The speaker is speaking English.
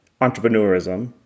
entrepreneurism